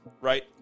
right